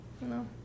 No